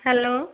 hello